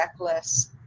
checklists